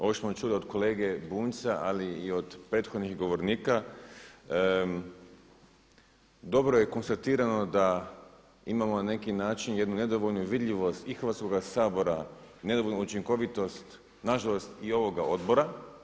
Ovo što smo čuli od kolege Bunjca ali i od prethodnih govornika dobro je konstatirano da imamo na neki način jednu nedovoljnu vidljivost i Hrvatskoga sabora, nedovoljnu učinkovitost nažalost i ovoga odbora.